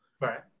right